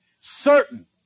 certain